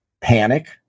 panic